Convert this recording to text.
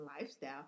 lifestyle